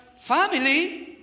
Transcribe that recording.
family